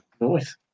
Nice